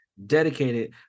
dedicated